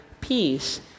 peace